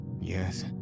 Yes